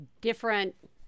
different